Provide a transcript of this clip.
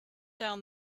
down